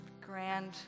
grand